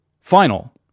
final